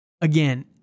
again